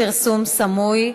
פרסום סמוי),